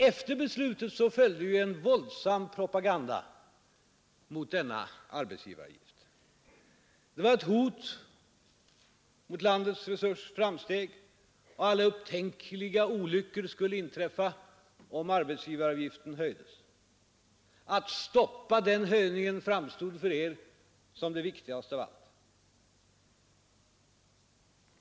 Efter beslutet följde en våldsam propaganda emot denna arbetsgivaravgift — den var ett hot mot landets framsteg. Alla upptänkliga olyckor skulle inträffa om arbetsgivaravgiften höjdes. Att stoppa den höjningen framstod för er som det viktigaste av allt.